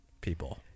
people